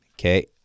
okay